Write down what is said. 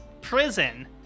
prison